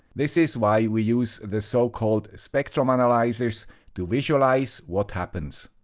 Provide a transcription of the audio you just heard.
this is why we use the so-called spectrum analyzers to visualize what happens.